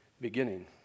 beginning